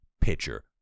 pitcher